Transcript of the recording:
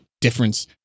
difference